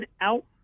out